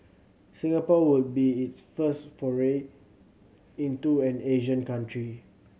Singapore would be its first foray into an Asian country